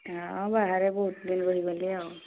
ହଁ ବାହାରେ ବହୁତ ଦିନ ରହିଗଲି ଆଉ